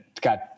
got